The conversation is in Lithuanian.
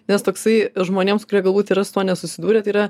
nes toksai žmonėms kurie galbūt yra su tuo nesusidūrę tai yra